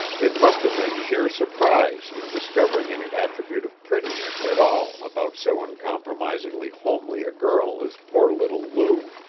it must have been sheer surprise in discovering any attribute of prettiness at all about so uncompromisingly homely a girl as poor little lou.